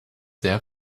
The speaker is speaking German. sehr